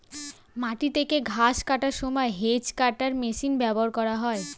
মাটি থেকে ঘাস কাটার সময় হেজ্ কাটার মেশিন ব্যবহার করা হয়